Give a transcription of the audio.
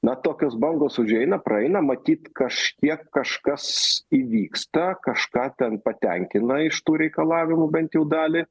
na tokios bangos užeina praeina matyt kažkiek kažkas įvyksta kažką ten patenkina iš tų reikalavimų bent jau dalį